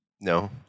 No